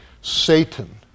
Satan